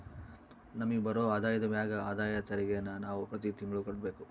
ನಮಿಗ್ ಬರೋ ಆದಾಯದ ಮ್ಯಾಗ ಆದಾಯ ತೆರಿಗೆನ ನಾವು ಪ್ರತಿ ತಿಂಗ್ಳು ಕಟ್ಬಕು